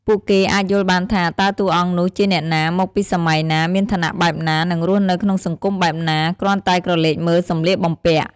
ពួកគេអាចយល់បានថា តើតួអង្គនោះជាអ្នកណា មកពីសម័យណា មានឋានៈបែបណា និងរស់នៅក្នុងសង្គមបែបណា គ្រាន់តែក្រឡេកមើលសម្លៀកបំពាក់។